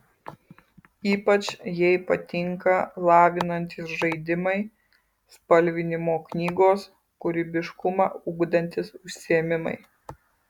ypač jai patinka lavinantys žaidimai spalvinimo knygos kūrybiškumą ugdantys užsiėmimai